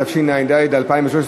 התשע"ד 2013,